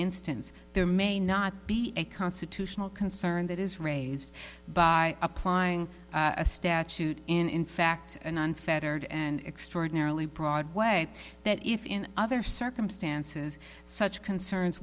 instance there may not be a constitutional concern that is raised by applying a statute in fact an unfettered and extraordinarily broad way that if in other circumstances such concern